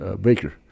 Baker